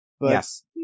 Yes